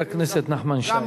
חבר הכנסת נחמן שי,